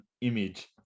image